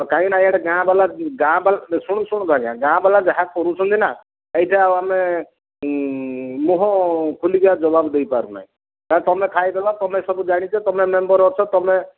କାହିଁକି ନା ଇଆଡ଼େ ଗାଁ ବାଲା ଗାଁ ବାଲା ଶୁଣନ୍ତୁ ଶୁଣନ୍ତୁ ଆଜ୍ଞା ଗାଁ ବାଲା ଯାହା କରୁଛନ୍ତି ନା ସେଇଟା ଆଉ ଆମେ ମୁହଁ ଖୋଲିକି ଆଉ ଜବାବ୍ ଦେଇପାରୁନାହିଁ ତମେ ଖାଇଦେଲ ତମେ ସବୁ ଜାଣିଛ ତମେ ମେମ୍ବର ଅଛ ତମେ